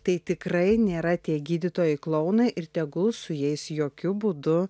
tai tikrai nėra tie gydytojai klounai ir tegul su jais jokiu būdu